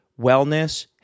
wellness